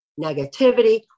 negativity